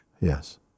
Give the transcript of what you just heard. Yes